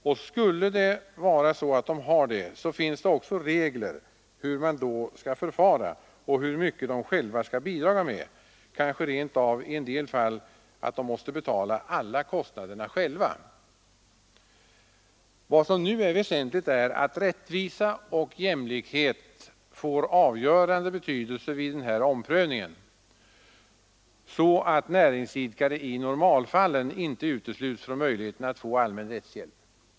Och skulle det vara så att de kan klara det, finns det också regler för hur man skall förfara, hur mycket de själva skall bidra med; de kanske rent av i en del fall måste betala alla kostnader själva. Vad som nu är väsentligt är att rättvisa och jämlikhet får avgörande betydelse så att näringsidkare i normalfallen inte utesluts från möjligheterna att få allmän rättshjälp.